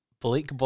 Blake